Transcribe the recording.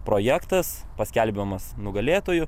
projektas paskelbiamas nugalėtoju